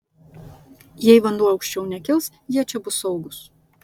jei vanduo aukščiau nekils jie čia bus saugūs